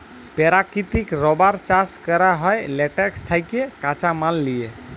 পেরাকিতিক রাবার চাষ ক্যরা হ্যয় ল্যাটেক্স থ্যাকে কাঁচা মাল লিয়ে